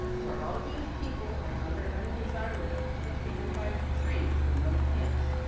where all jewish people and other undesirables, were taken by trained to remote camps.